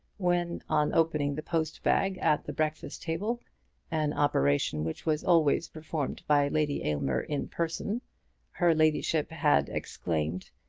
when, on opening the post-bag at the breakfast-table an operation which was always performed by lady aylmer in person her ladyship had exclaimed,